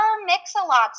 Mix-a-Lot